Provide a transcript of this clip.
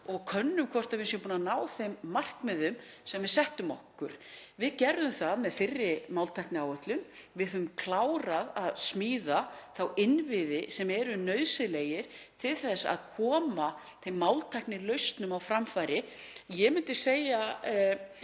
og könnum hvort við höfum náð þeim markmiðum sem við settum okkur. Við gerðum það með fyrri máltækniáætlun. Við höfum klárað að smíða þá innviði sem eru nauðsynlegir til að koma þeim máltæknilausnum á framfæri. Ég myndi segja,